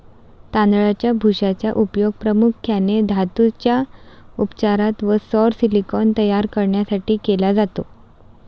तांदळाच्या भुशाचा उपयोग प्रामुख्याने धातूंच्या उपचारात व सौर सिलिकॉन तयार करण्यासाठी केला जातो